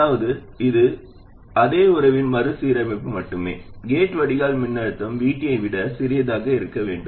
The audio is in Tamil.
அதாவது இது அதே உறவின் மறுசீரமைப்பு மட்டுமே கேட் வடிகால் மின்னழுத்தம் VT ஐ விட சிறியதாக இருக்க வேண்டும்